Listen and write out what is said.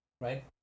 right